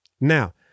Now